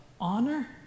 honor